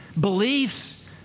beliefs